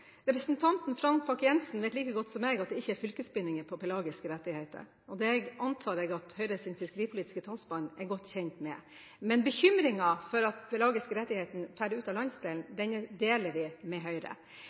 Representanten Frank Bakke-Jensen vet like godt som jeg at det ikke er fylkesbinding for pelagiske rettigheter – det antar jeg at Høyres fiskeripolitiske talsmann er godt kjent med. Men bekymringen over at de pelagiske rettighetene selges ut av landsdelen, deler vi med Høyre.